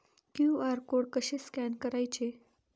QR code कसे scan करायचे?